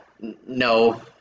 No